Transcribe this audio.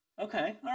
Okay